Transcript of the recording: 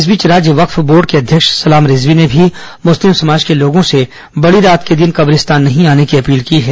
इस बीच राज्य वक्फ बोर्ड के अध्यक्ष सलाम रिजवी ने भी मुस्लिम समाज के लोगों से बडी रात के दिन कब्रिस्तान नहीं आने की अपील की है